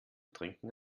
trinken